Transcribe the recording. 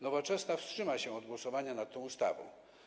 Nowoczesna wstrzyma się od głosowania nad tą ustawą.